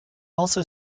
also